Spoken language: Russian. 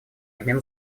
обмен